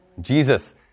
Jesus